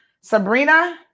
Sabrina